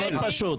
מאוד פשוט.